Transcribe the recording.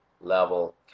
level